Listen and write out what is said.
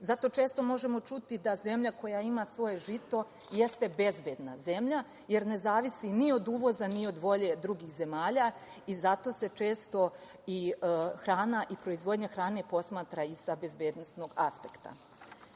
Zato često možemo čuti da zemlja koja ima svoje žito jeste bezbedna zemlja, jer ne zavisi ni od uvoza, ni od volje drugih zemalja i zato se često i hrana i proizvodnja hrane posmatra i sa bezbednosnog aspekta. Takođe,